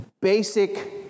basic